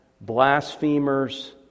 blasphemers